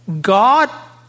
God